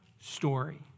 story